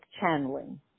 channeling